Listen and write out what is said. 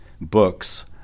books